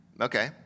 Okay